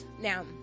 now